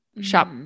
shop